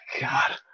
god